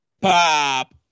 Pop